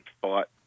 thought